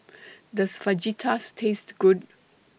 Does Fajitas Taste Good